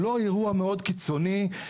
לא אירוע מאוד קיצוני.